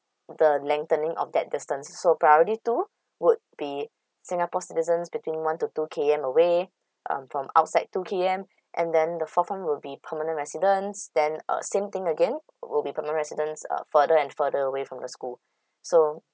the lengthening of that distance so priority two would be singapore citizens between one to two K_M away um from outside two K_M and then the fourth one will be permanent residents then uh same thing again will be permanent residents uh further and further away from the school so